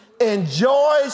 enjoy